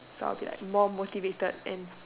so I will be like more motivated and